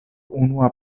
unua